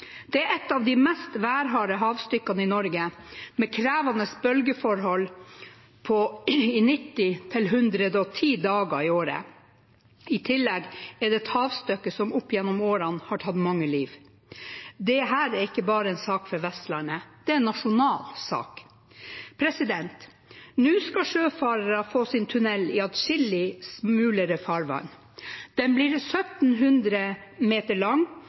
Det er et av de mest værharde havstykkene i Norge, med krevende bølgeforhold i 90–110 dager i året. I tillegg er det et havstykke som opp gjennom årene har tatt mange liv. Dette er ikke bare en sak for Vestlandet. Det er en nasjonal sak. Nå skal sjøfarere få sin tunnel i atskillig smulere farvann. Den blir 1 700 meter lang